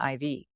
IV